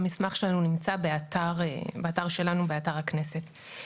והמסמך שלנו נמצא באתר שלנו, באתר הכנסת.